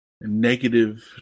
negative